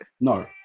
no